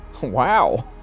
Wow